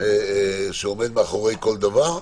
שעומד מאחורי כל דבר,